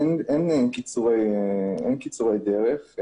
אין קיצורי דרך.